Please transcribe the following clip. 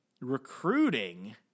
recruiting